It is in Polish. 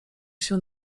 się